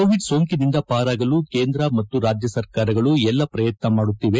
Covid ಸೋಂಕಿನಿಂದ ಪಾರಾಗಲು ಕೇಂದ್ರ ಮತ್ತು ರಾಜ್ಯ ಸರ್ಕಾರಗಳು ಎಲ್ಲ ಪ್ರಯತ್ನ ಮಾಡುತ್ತಿದೆ